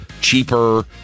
cheaper